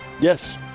Yes